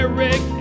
Eric